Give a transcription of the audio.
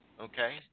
Okay